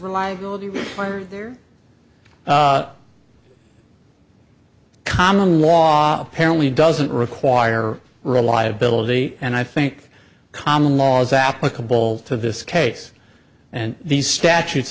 reliability for their common law apparently doesn't require reliability and i think common law is applicable to this case and these statutes